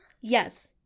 yes